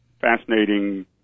fascinating